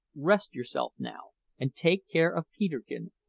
rest yourself now, and take care of peterkin,